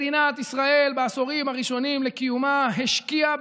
מדינת ישראל בעשורים הראשונים לקיומה השקיעה